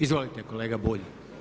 Izvolite kolega Bulj.